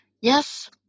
Yes